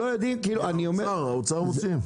האוצר מוציא?